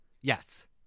Yes